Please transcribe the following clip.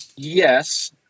Yes